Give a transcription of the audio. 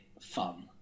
fun